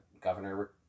governor